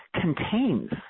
contains